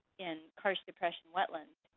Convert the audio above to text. in karst depression wetlands.